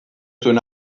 zuen